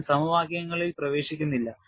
ഞാൻ സമവാക്യങ്ങളിൽ പ്രവേശിക്കുന്നില്ല